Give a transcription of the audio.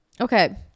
Okay